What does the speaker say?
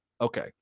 Okay